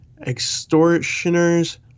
extortioners